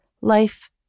Life